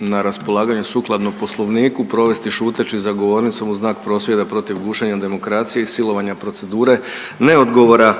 na raspolaganju sukladno poslovniku provesti šuteći za govornicom u znak prosvjeda protiv gušenja demokracije i silovanja procedure, ne odgovora